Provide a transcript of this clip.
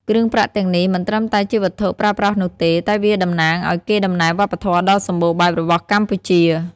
គ្រឿងប្រាក់ទាំងនេះមិនត្រឹមតែជាវត្ថុប្រើប្រាស់នោះទេ តែវាតំណាងឱ្យកេរ្តិ៍ដំណែលវប្បធម៌ដ៏សម្បូរបែបរបស់កម្ពុជា។